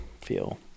feel